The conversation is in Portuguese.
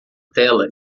tela